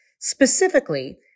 Specifically